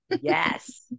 Yes